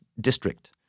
district